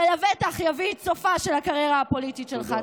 ולבטח יביא את סופה של הקריירה הפוליטית שלך.